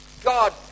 God